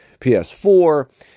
PS4